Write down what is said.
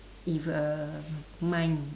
if a mind